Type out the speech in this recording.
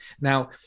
Now